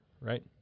right